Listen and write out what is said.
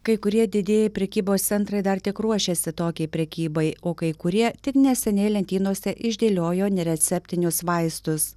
kai kurie didieji prekybos centrai dar tik ruošiasi tokiai prekybai o kai kurie tik neseniai lentynose išdėliojo nereceptinius vaistus